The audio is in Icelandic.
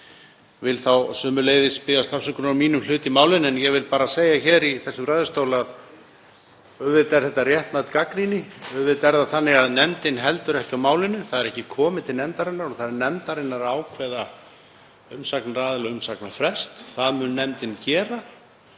vil þá sömuleiðis biðjast afsökunar á hlut mínum í málinu. En ég vil bara segja hér í þessum ræðustól að auðvitað er þetta réttmæt gagnrýni. Auðvitað er það þannig að nefndin heldur ekki á málinu. Það er ekki komið til nefndarinnar og það er nefndarinnar að ákveða umsagnaraðila og umsagnarfrest. Það mun nefndin gera.